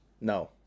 No